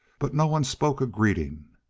but no one spoke a greeting.